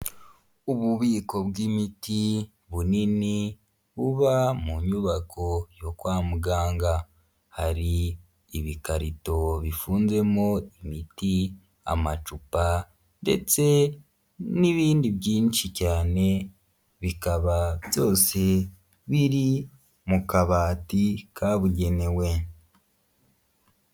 Ububiko bw'imiti bunini buba mu nyubako yo kwa muganga, hari ibikarito bifunzemo imiti, amacupa ndetse n'ibindi byinshi cyane bikaba byose biri mu kabati kabugenewe.